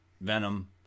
Venom